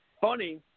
Funny